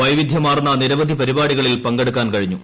വൈവിധ്യമാർന്ന നിരവധി പരിപാടികളിൽ പങ്കെടുക്കാൻ കഴിഞ്ഞു